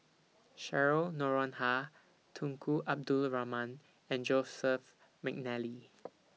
Cheryl Noronha Tunku Abdul Rahman and Joseph Mcnally